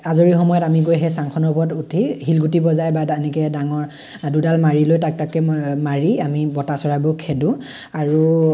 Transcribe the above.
আজৰি সময়ত আমি গৈ সেই চাংখনৰ ওপৰত উঠি শিলগুটি বজাই বা তেনেকে ডাঙৰ দুডাল মাৰি লৈ টাক টাককে মাৰি আমি বতা চৰাইবোৰ খেদোঁ আৰু